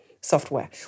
software